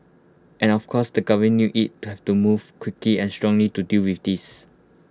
and of course the govern knew IT had to move quickly and strongly to deal with this